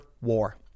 war